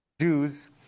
Jews